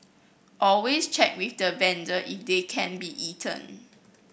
always check with the vendor if they can be eaten